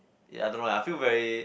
ya I don't know lah I feel very